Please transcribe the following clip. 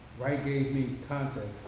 wright gave me content,